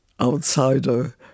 outsider